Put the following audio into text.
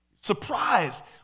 surprised